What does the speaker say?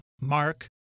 Mark